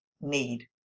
need